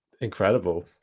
incredible